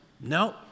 No